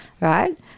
right